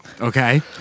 okay